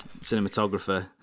cinematographer